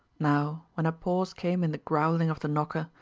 now, when a pause came in the growling of the knocker,